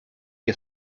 que